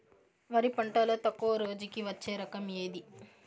వరి పంటలో తక్కువ రోజులకి వచ్చే రకం ఏది?